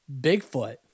Bigfoot